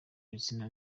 ibitsina